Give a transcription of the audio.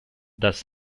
does